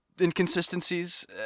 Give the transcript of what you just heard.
inconsistencies